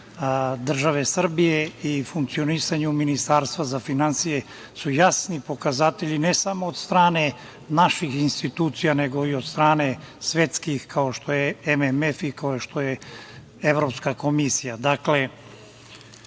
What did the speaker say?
države Srbije i funkcionisanju Ministarstva za finansije su jasni pokazatelji ne samo od strane naših institucija, nego i od strane svetskih, kao što je MMF i kao što je Evropska komisija. Dakle,